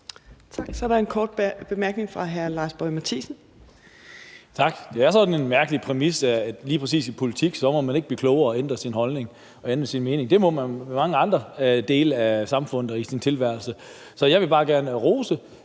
Så er der en kort bemærkning fra hr. Lars Boje Mathiesen.